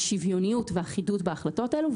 שוויוניות ואחידות בהחלטות האלה.